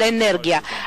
על אנרגיה,